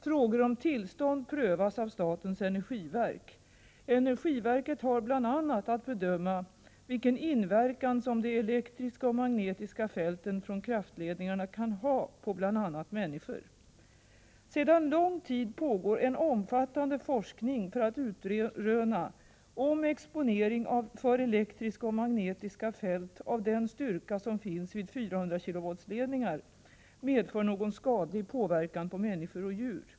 Frågor om tillstånd prövas av statens energiverk. Energiverket har bl.a. att bedöma vilken inverkan de elektriska och magnetiska fälten från kraftledningarna kan ha på bl.a. människor. Sedan lång tid tillbaka pågår en omfattande forskning för att utröna om exponering för elektriska och magnetiska fält av den styrka som finns vid 400 kV-ledningar medför någon skadlig påverkan på människor och djur.